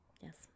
Yes